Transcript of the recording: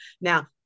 Now